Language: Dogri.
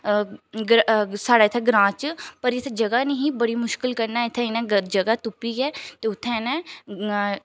अ साढ़े इ'त्थें ग्रांऽ च पर इ'त्थें जगह् नेईं ही बड़ी मुश्कल कन्नै इ'त्थें इ'नें जगह् तुप्पियै ते उ'त्थें इ'नें